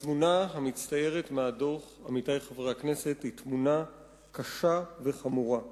התמונה המצטיירת מהדוח היא תמונה קשה וחמורה.